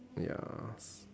ya